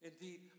Indeed